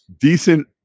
decent